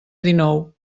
dinou